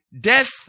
Death